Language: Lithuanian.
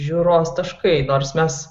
žiūros taškai nors mes